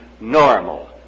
normal